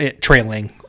trailing